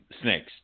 snakes